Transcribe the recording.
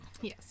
Yes